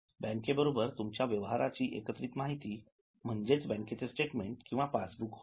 बँकेबरोबर तुमच्या व्यवहाराची एकत्रित माहिती म्हणजेच बँकेचे स्टेटमेंट किंवा पासबुक होय